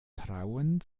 trauen